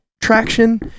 traction